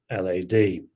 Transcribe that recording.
LAD